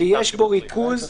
ריכוז